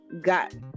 got